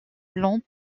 blanc